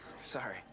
sorry